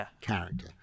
character